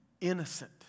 innocent